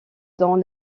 dans